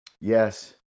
Yes